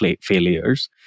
failures